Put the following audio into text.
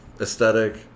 aesthetic